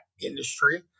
industry